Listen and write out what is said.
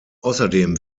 außerdem